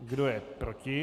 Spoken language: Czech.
Kdo je proti?